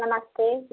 नमस्ते